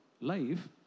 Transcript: life